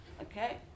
Okay